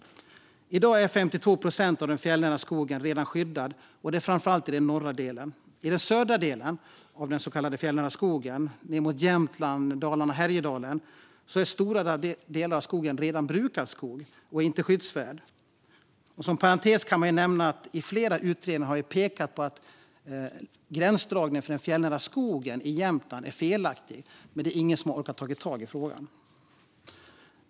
I dag är 52 procent av den fjällnära skogen redan skyddad, framför allt i den norra delen. I den södra delen av den så kallade fjällnära skogen - ned mot Jämtland, Härjedalen och Dalarna - är stora delar av skogen brukad skog och inte skyddsvärd. Inom parentes kan nämnas att flera utredningar har pekat ut att gränsdragningen för den fjällnära skogen i Jämtland är felaktig, men ingen har orkat ta tag i den frågan.